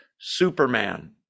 Superman